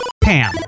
Pam